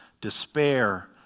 despair